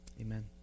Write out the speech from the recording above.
Amen